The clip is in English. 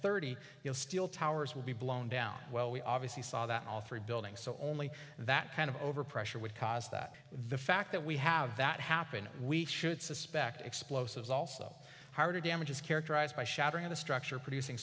thirty you'll still towers will be blown down well we obviously saw that all three buildings so only that kind of overpressure would cause that the fact that we have that happen we should suspect explosives also hard to damage is characterized by shattering the structure producing